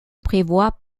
prévoit